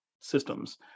systems